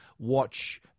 watch